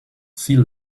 sea